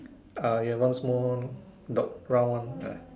uh ya one small dot round one ah